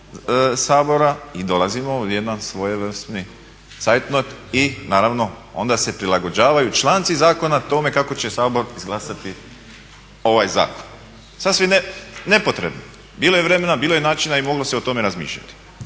Sabora i dolazimo u jedan svojevrsni cajtnot i naravno onda se prilagođavaju članci zakona tome kako će Sabor izglasati ovaj zakon. Sasvim nepotrebno. Bilo je vremena, bilo je načina i moglo se o tome razmišljati.